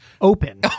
open